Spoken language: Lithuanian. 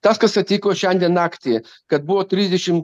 tas kas atsitiko šiandien naktį kad buvo trisdešim